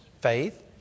faith